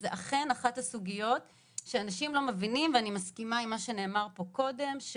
זו אכן אחת הסוגיות שאנשים לא מבינים ואני מסכימה עם מה שנאמר פה קודם,